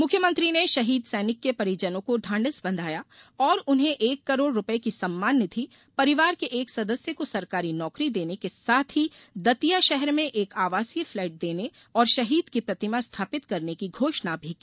मुख्यमंत्री ने शहीद सैनिक के परिजनों को ढांढस बंधाया और उन्हें एक करोड़ रूपये की सम्मान निधि परिवार के एक सदस्य को सरकारी नौकरी देने के साथ ही दतिया शहर में एक आवासीय फ्लेट देने और शहीद की प्रतिमा स्थापित करने की घोषणा भी की